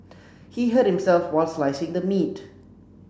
he hurt himself while slicing the meat